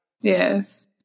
Yes